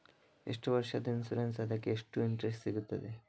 ಎಷ್ಟು ವರ್ಷದ ಇನ್ಸೂರೆನ್ಸ್ ಅದಕ್ಕೆ ಎಷ್ಟು ಇಂಟ್ರೆಸ್ಟ್ ಸಿಗುತ್ತದೆ?